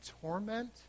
torment